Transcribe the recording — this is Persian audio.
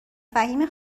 فهیمه